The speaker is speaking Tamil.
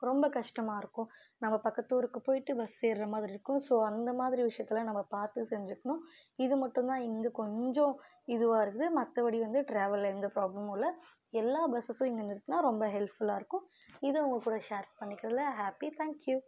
ரொம்ப கஷ்டமாக இருக்கும் நம்ம பக்கத்தூருக்கு போயிட்டு பஸ் ஏறுகிற மாதிரி இருக்கும் ஸோ அந்த மாதிரி விஷயத்தெல்லாம் நம்ப பார்த்து செஞ்சிக்கணும் இது மட்டும் தான் இங்கே கொஞ்சம் இதுவாக இருக்குது மற்றபடி வந்து டிராவலில் எந்த ப்ராப்ளமும் இல்லை எல்லா பஸ்ஸஸும் இங்கே நிறுத்துனால் ரொம்ப ஹெல்ப்ஃபுல்லாக இருக்கும் இதை உங்கள் கூட ஷேர் பண்ணிக்கிறதில் ஹேப்பி தேங்க் யூ